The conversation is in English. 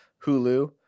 Hulu